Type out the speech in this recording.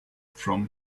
from